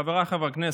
חבריי חברי הכנסת,